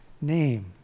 name